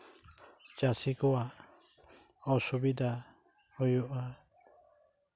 ᱪᱟᱹᱥᱤ ᱠᱚᱣᱟᱜ ᱚᱥᱩᱵᱤᱫᱟ ᱦᱩᱭᱩᱜᱼᱟ